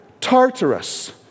Tartarus